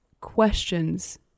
questions